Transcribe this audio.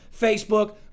Facebook